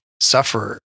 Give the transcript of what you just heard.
suffer